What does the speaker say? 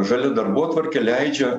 žalia darbotvarkė leidžia